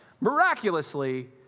miraculously